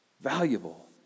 valuable